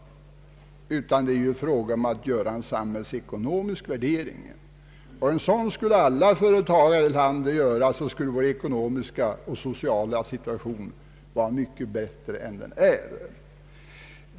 Här gäller det ju att göra en samhällsekonomisk värdering. Om alla företagare i landet därvidlag uppträdde på samma sätt som domänverket, skulle vår sociala och ekonomiska situation vara mycket bättre än den är.